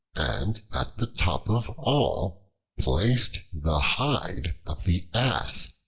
and at the top of all placed the hide of the ass,